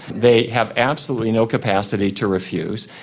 they have absolutely no capacity to refuse,